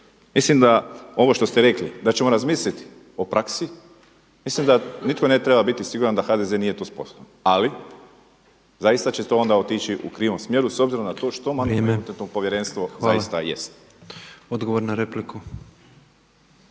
Mislim da ovo što ste rekli da ćemo razmisliti o praksi. Mislim da nitko ne treba biti siguran da HDZ nije to sposoban, ali zaista će to onda otići u krivom smjeru s obzirom na to što Mandatno-imunitetno povjerenstvo zaista jest. **Petrov, Božo